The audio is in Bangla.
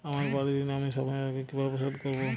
আমার বাড়ীর ঋণ আমি সময়ের আগেই কিভাবে শোধ করবো?